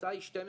התוצאה היא 12%,